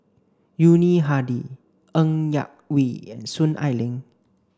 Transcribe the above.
Yuni Hadi Ng Yak Whee and Soon Ai Ling